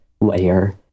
layer